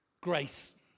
Grace